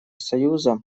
союза